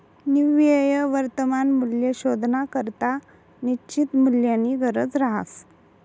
निव्वय वर्तमान मूल्य शोधानाकरता निश्चित मूल्यनी गरज रहास